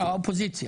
זה